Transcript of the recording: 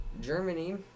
Germany